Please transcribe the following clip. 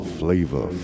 flavor